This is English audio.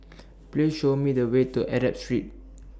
Please Show Me The Way to Arab Street